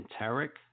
enteric